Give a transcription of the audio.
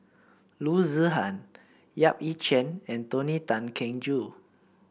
Loo Zihan Yap Ee Chian and Tony Tan Keng Joo